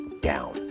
down